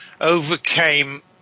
overcame